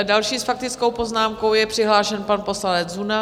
Další s faktickou poznámkou je přihlášen pan poslanec Zuna.